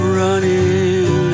running